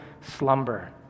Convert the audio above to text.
slumber